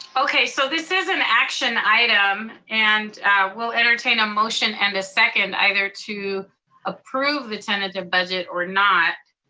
okay, so this is an action item, and we'll entertain a motion and a second, either to approve the tentative budget or not.